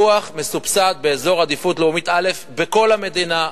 פיתוח מסובסד באזור עדיפות לאומית א' בכל המדינה,